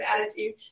attitude